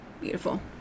Beautiful